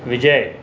Vijay